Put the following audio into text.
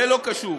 זה לא קשור.